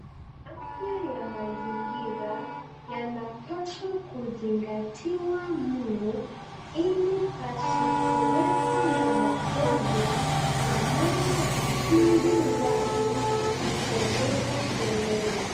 Afya ya mazingira ,yanapaswa kuzingatiwa mno, ili pasikuwepo na magonjwa, yanayoathiri watu ,kiholela holela.